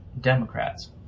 Democrats